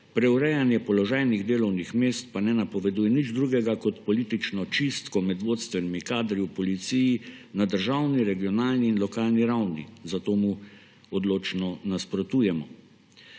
preurejanje položajnih delovnih mest pa ne napoveduje nič drugega kot politično čistko med vodstvenimi kadri v policiji na državni, regionalni in lokalni ravni, zato mu odločno nasprotujemo.